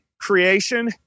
creation